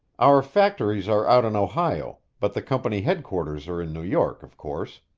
our factories are out in ohio, but the company headquarters are in new york, of course.